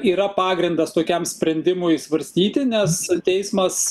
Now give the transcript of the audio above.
yra pagrindas tokiam sprendimui svarstyti nes teismas